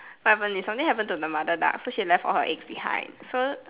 what happen is something happened to the mother duck so she left all her eggs behind so